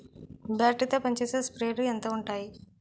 Battery తో పనిచేసే స్ప్రేలు ఎంత ఉంటాయి?